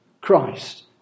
Christ